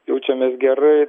jaučiamės gerai